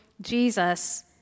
Jesus